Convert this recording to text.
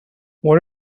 what